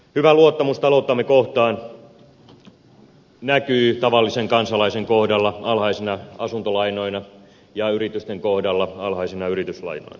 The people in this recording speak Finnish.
hyvä luottamus talouttamme kohtaan näkyy tavallisen kansalaisen kohdalla alhaisina asuntolainoina ja yritysten kohdalla alhaisina yrityslainoina